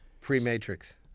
Pre-Matrix